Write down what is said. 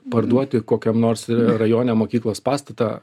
parduoti kokiam nors rajone mokyklos pastatą